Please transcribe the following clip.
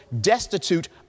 destitute